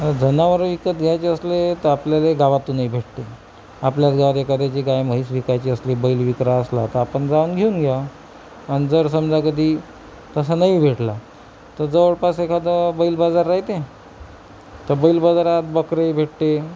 जनावरे विकत घायचे असले तर आपल्याले गावातूनही भेटते आपल्याच गावात एखाद्याची गाय म्हैस विकायची असली बैल विक्रा असला तर आपण जाऊन घेऊन घ्यावा आणि जर समजा कधी तसा नाही भेटला तर जवळपास एखादा बैल बाजार राहाते तर बैल बाजारात बकरेही भेटते